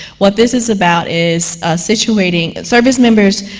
what this is about is situating, service members,